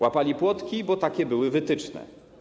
Łapali płotki, bo takie były wytyczne.